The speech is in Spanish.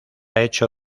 hecho